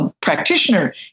practitioner